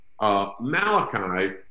Malachi